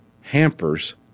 hampers